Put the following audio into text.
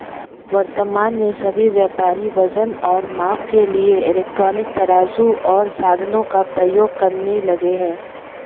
वर्तमान में सभी व्यापारी वजन और माप के लिए इलेक्ट्रॉनिक तराजू ओर साधनों का प्रयोग करने लगे हैं